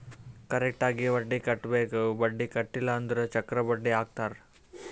correct ಆಗಿ ಬಡ್ಡಿ ಕಟ್ಟಬೇಕ್ ಬಡ್ಡಿ ಕಟ್ಟಿಲ್ಲ ಅಂದುರ್ ಚಕ್ರ ಬಡ್ಡಿ ಹಾಕ್ತಾರ್